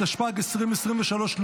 התשפ"ג 2023,